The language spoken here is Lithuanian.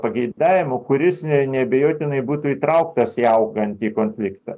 pageidavimų kuris neabejotinai būtų įtrauktas į augantį konfliktą